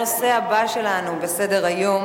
הנושא הבא שלנו בסדר-היום